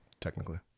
technically